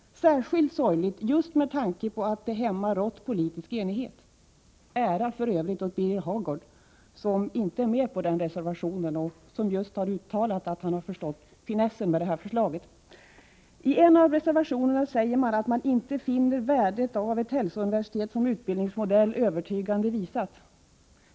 Särskilt sorgligt just med tanke på att det hemma har rått politisk enighet. Ära för övrigt åt Birger Hagård, som inte är med på denna reservation och som just har uttalat att han har förstått finessen med detta förslag. I en av reservationerna säger man att man inte finner värdet av ett hälsouniversitet såsom utbildningsmodell övertygande visat.